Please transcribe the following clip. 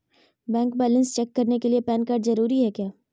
Bank balance check करने के लिए पैन कार्ड जरूरी है क्या?